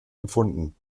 gefunden